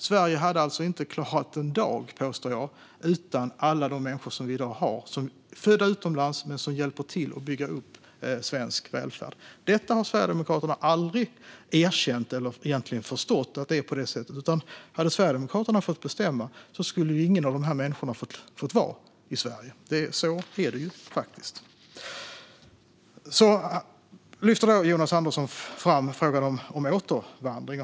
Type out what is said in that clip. Sverige hade alltså inte klarat en dag, påstår jag, utan alla de människor vi har som är födda utomlands men som hjälper till att bygga upp svensk välfärd. Sverigedemokraterna har aldrig erkänt, eller egentligen förstått, att det är på det sättet. Hade Sverigedemokraterna fått bestämma hade ingen av dessa människor fått vara i Sverige. Så är det ju faktiskt. Jonas Andersson lyfter fram frågan om återvandring.